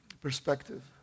perspective